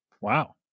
Wow